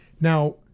Now